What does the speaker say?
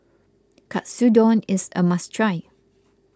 Katsudon is a must try